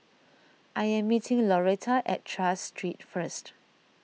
I am meeting Lauretta at Tras Street first